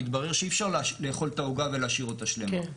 מתברר שאי אפשר לאכול את העוגה ולהשאיר אותה שלמה.